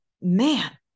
man